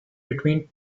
between